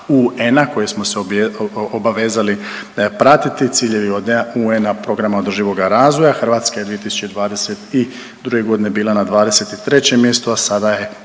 koje smo se obavezali pratiti ciljeve UN-a, programa održivoga razvoja. Hrvatska je 2022. godine bila na 23 mjestu, a sada je